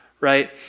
Right